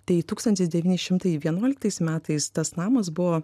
tai tūkstantis devyni šimtai vienuoliktais metais tas namas buvo